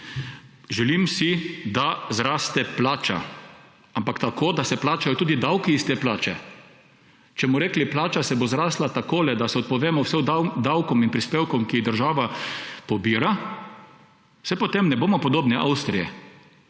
želim si, da zraste plača, ampak tako, da se plačajo tudi davki iz te plače. Če bomo rekli, plača bo zrasla tako, da se odpovemo vsem davkom in prispevkom, ki jih država pobira, saj potem ne bomo podobni Avstriji.